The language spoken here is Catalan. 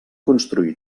construir